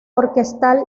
orquestal